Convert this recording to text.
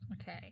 Okay